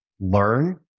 learn